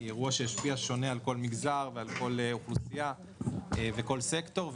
היא אירוע שהשפיע שונה על כל מגזר ועל כל אוכלוסייה וכל סקטור.